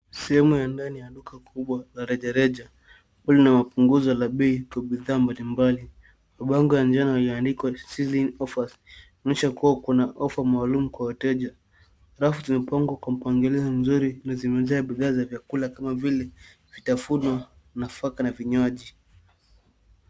Siyemu ya ndani ya Luka Kubwa la Rajareja. Kuli na wakunguza labi kubitha mbalimbali. Ugangu anjona uyanikuwa Season Offers. Nusha kuhu kuna ofa maalumu kuhuateja. Rafu tumipongo kwa mkwanjiliza njuri na timuza ya bidhaa za kula kama vile. Fitafuno na faka na finyoaji.